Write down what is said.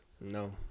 No